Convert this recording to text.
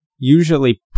usually